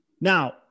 Now